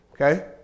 Okay